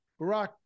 Barack